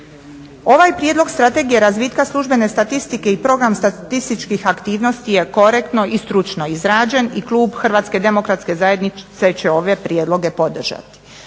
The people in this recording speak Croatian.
Ovaj Prijedlog Strategije razvitka službene statistike i program statističkih aktivnosti je korektno i stručno izrađen i Klub Hrvatske Demokratske Zajednice će ove prijedloge podržati.